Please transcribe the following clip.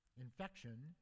Infection